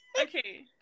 Okay